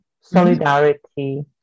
solidarity